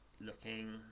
Looking